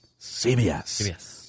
CBS